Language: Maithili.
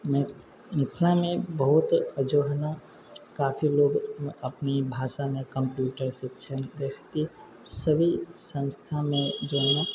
मि मिथिलामे बहुत जो हइ ने काफी लोक अपनी भाषामे कम्प्यूटर शिक्षण जैसेकि सभी संस्थामे जो हइ ने